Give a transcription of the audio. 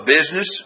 business